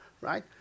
Right